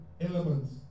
elements